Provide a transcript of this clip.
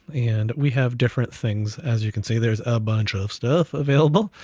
and we have different things. as you can see, there's a bunch of stuff available.